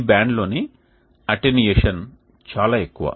ఈ బ్యాండ్లోని అటెన్యుయేషన్ చాలా ఎక్కువ